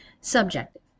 Subjective